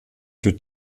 für